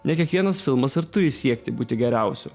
ne kiekvienas filmas ir turi siekti būti geriausiu